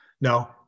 No